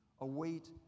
await